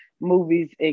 movies